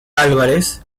álvarez